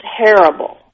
terrible